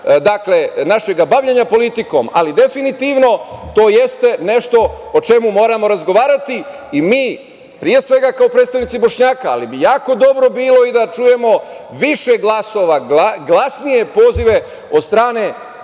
razgovora i bavljenja politikom, ali definitivno to jeste nešto o čemu moramo razgovarati i mi pre svega kao predstavnici Bošnjaka, ali bi jako dobro bilo i da čujemo više glasova, glasnije pozive od strane